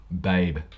Babe